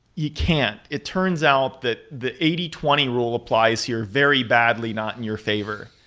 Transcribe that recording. you can't. it turns out that the eighty twenty rule applies here very badly not in your favor.